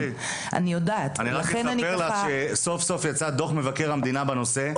אני רק אספר לך שסוף-סוף יצא דו"ח מבקר המדינה בנושא,